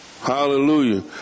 Hallelujah